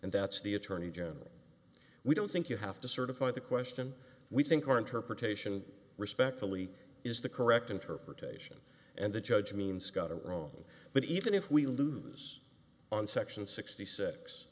and that's the attorney general we don't think you have to certify the question we think our interpretation respectfully is the correct interpretation and the judge means scott are wrong but even if we lose on section sixty six